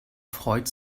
freut